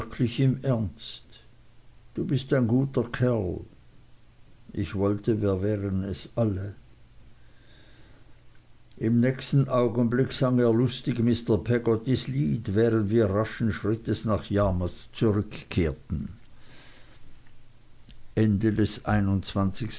im ernst du bist ein guter kerl ich wollte wir wären es alle im nächsten augenblick sang er lustig mr peggottys lied während wir raschen schrittes nach yarmouth zurückkehrten